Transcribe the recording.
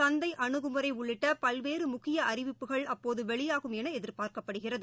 சந்தை அணுகுமுறை உள்ளிட்ட பல்வேறு முக்கிய அறிவிப்புகள் அப்போது வெளியாகும் என எதிர்பார்க்கப்படுகிறது